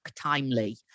timely